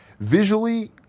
visually